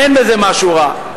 אין בזה משהו רע.